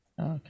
Okay